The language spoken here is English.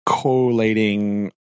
collating